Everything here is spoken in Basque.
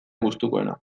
gustukoena